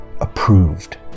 approved